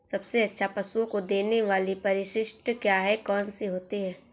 सबसे अच्छा पशुओं को देने वाली परिशिष्ट क्या है? कौन सी होती है?